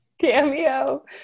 Cameo